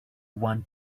want